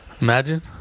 Imagine